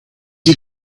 you